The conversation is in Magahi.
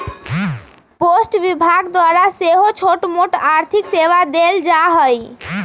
पोस्ट विभाग द्वारा सेहो छोटमोट आर्थिक सेवा देल जाइ छइ